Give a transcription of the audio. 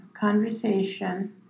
conversation